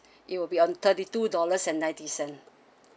it will be on thirty two dollars and ninety cent